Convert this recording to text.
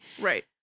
Right